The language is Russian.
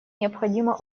необходимо